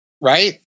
right